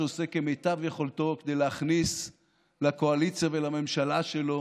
שעושה כמיטב יכולתו להכניס לקואליציה ולממשלה שלו